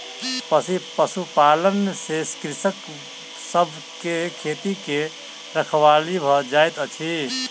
पशुपालन से कृषक सभ के खेती के रखवाली भ जाइत अछि